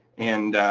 and